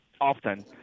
often